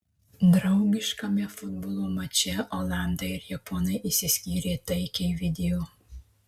draugiškame futbolo mače olandai ir japonai išsiskyrė taikiai video